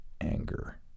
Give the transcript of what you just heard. anger